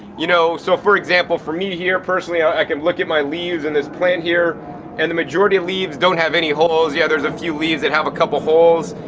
you know so for example for me here personally i can look at my leaves in this plant here and the majority of leaves don't have any holes, yeah there's a few leaves that have a couple holes.